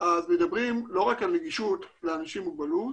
מדברים לא רק על נגישות לאנשים עם מוגבלות,